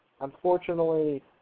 unfortunately